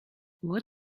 what